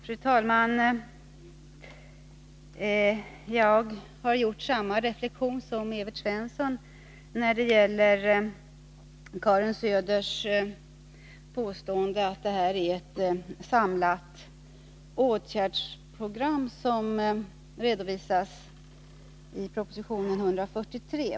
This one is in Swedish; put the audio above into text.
Fru talman! Jag har gjort samma reflexion som Evert Svensson när det gäller Karin Söders påstående att det är ett samlat åtgärdsprogram som redovisas i proposition 143.